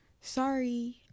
Sorry